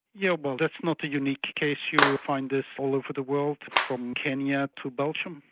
yeah well that's not a unique case you find this all over the world from kenya to belgium,